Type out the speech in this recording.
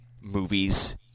movies